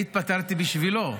אני התפטרתי בשבילו.